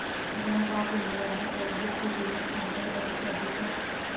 bank of India में chequebook की क़ीमत सेंट्रल बैंक से अधिक है